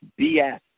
BS